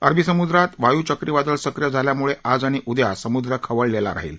अरबी समुद्रात वायु चक्रीवादळ सक्रीय झाल्यामुळे आज आणि उदया समुद्र खवळलेला राहील